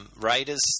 Raiders